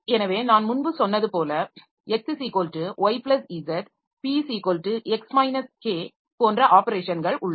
எனவே நான் முன்பு சொன்னது போல x y z p x k போன்ற ஆப்பரேஷன்கள் உள்ளன